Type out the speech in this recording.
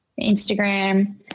Instagram